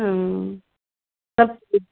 ಹ್ಞೂ